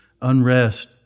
unrest